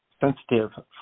sensitive